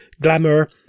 Glamour